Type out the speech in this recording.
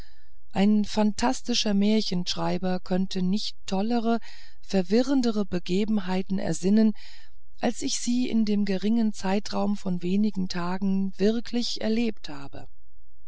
ein phantastischer märchenschreiber könnte nicht tollere verwirrtere begebenheiten ersinnen als ich sie in dem geringen zeitraum von wenigen tagen wirklich erlebt habe